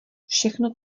všechno